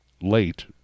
late